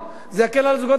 זה יקל על הזוגות הצעירים.